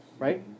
right